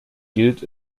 gilt